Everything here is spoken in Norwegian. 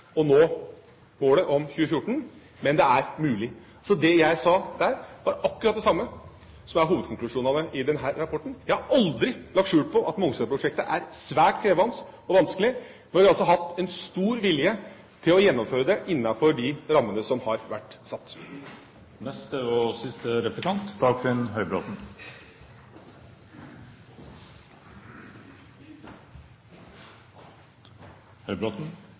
å nå målet om 2014, men det er mulig. Så det jeg sa der, var akkurat det samme som er hovedkonklusjonene i denne rapporten. Jeg har aldri lagt skjul på at Mongstad-prosjektet er svært krevende og vanskelig. Nå har vi altså hatt en stor vilje til å gjennomføre det innenfor de rammene som har vært